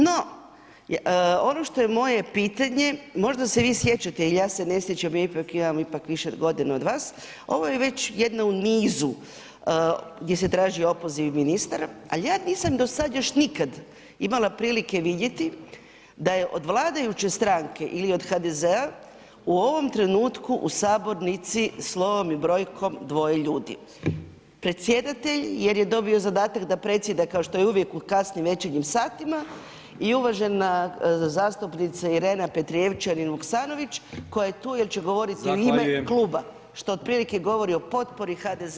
No, ono što je moje pitanje, možda se vi sjećate jel ja se ne sjećam, ja ipak imam ipak više godina od vas, ovo je već jedna u nizu gdje se traži opoziv ministara, al ja nisam dosad još nikad imala prilike vidjeti da je od vladajuće stranke ili od HDZ-a u ovom trenutku u sabornici slovom i brojkom dvoje ljudi, predsjedatelj jer je dobio zadatak da predsjeda kao što je uvijek u kasnim večernjim satima i uvažena zastupnica Irena Petrijevčanin Vuksanović koja je tu jel će govoriti [[Upadica: Zahvaljujem]] u ime kluba, što otprilike govori o potpori HDZ-a ministrici.